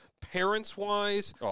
parents-wise